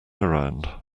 around